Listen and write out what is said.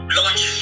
launch